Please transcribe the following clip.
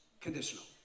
conditional